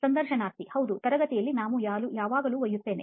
ಸಂದರ್ಶನಾರ್ಥಿ ಹೌದು ತರಗತಿಯಲ್ಲಿ ನಾನು ಯಾವಾಗಲೂ ಒಯ್ಯುತ್ತೇನೆ